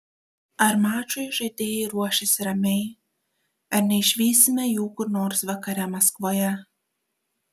ar mačui žaidėjai ruošiasi ramiai ar neišvysime jų kur nors vakare maskvoje